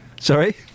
sorry